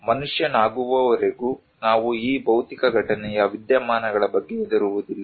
ಆದ್ದರಿಂದ ಮನುಷ್ಯನಾಗುವವರೆಗೂ ನಾವು ಈ ಭೌತಿಕ ಘಟನೆಯ ವಿದ್ಯಮಾನಗಳ ಬಗ್ಗೆ ಹೆದರುವುದಿಲ್ಲ